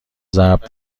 ضرب